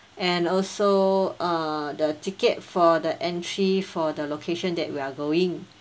and also uh the ticket for the entry for the location that we are going